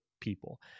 people